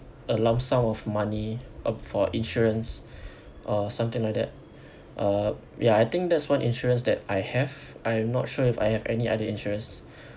a lump sum of money uh for insurance uh something like that uh ya I think that's one insurance that I have I'm not sure if I have any other insurance